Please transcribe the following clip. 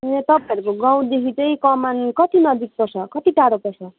ए तपाईँहरूर्को गाउँदेखि चाहिँ कमान कति नजिक पर्छ कति टाडो पर्छ